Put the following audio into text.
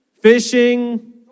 fishing